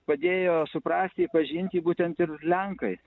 padėjo suprasti pažinti būtent ir lenkai